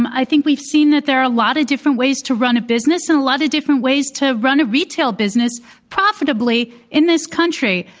i think we've seen that there are a lot of different ways to run a business and a lot of different ways to run a retail business profitably in this country.